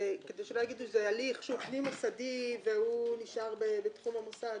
כדי שלא יגידו שזה הליך שהוא פנים מוסדי והוא נשאר בתחום המוסד.